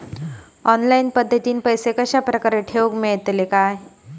Online पद्धतीन पैसे कश्या प्रकारे ठेऊक मेळतले काय?